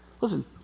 Listen